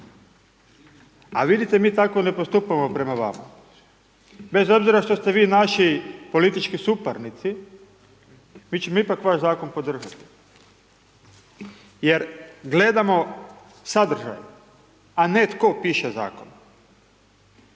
a vidite mi tako ne postupamo prema vama bez obzira što ste vi naši politički suparnici mi ćemo ipak vaš zakon podržati. Jer gledamo sadržaj a ne tko piše zakon.